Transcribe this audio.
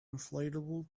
inflatable